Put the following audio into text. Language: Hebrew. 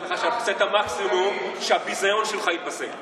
אני מבטיח לך שאנחנו נעשה את המקסימום כדי שהביזיון שלך ייפסק.